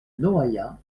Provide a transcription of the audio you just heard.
noaillat